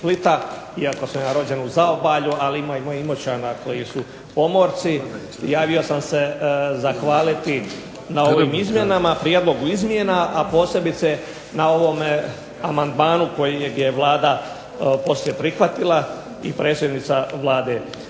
iako sam ja rođen u zaobalju, ali ima i mojih Imoćana koji su pomorci javio sam se zahvaliti na ovom prijedlogu izmjena, a posebno na ovome amandmanu kojeg je Vlada poslije prihvatila i predsjednica Vlade.